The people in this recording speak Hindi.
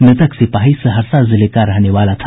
मृतक सिपाही सहरसा जिले का रहने वाला था